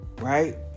right